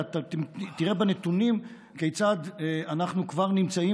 אלא אתה תראה בנתונים כיצד אנחנו כבר נמצאים